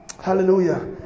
Hallelujah